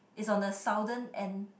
is on the southern end